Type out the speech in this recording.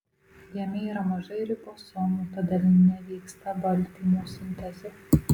jame yra mažai ribosomų todėl nevyksta baltymų sintezė